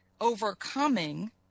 overcoming